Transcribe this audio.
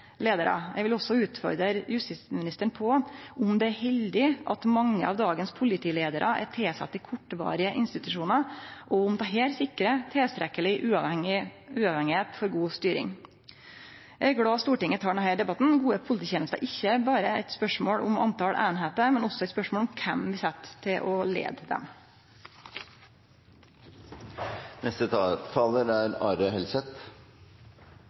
Eg vil også utfordre justisministeren på om det er heldig at mange av dagens politileiarar er tilsette i kortvarige konstitusjonar, og om det sikrar tilstrekkeleg uavhengigheit for god styring. Eg er glad Stortinget tek denne debatten. Gode polititenester er ikkje berre eit spørsmål om talet på einingar, men også eit spørsmål om kven vi set til å